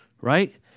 right